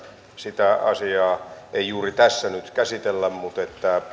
sitä asiaa ei juuri tässä nyt käsitellä mutta eduskunnassa noin